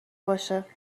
باشه